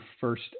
first